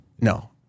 No